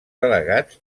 delegats